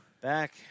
Back